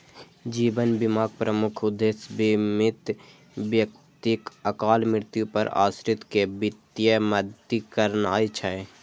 जीवन बीमाक प्रमुख उद्देश्य बीमित व्यक्तिक अकाल मृत्यु पर आश्रित कें वित्तीय मदति करनाय छै